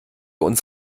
uns